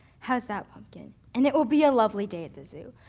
how's that, pumpkin? and it will be a lovely day at the zoo.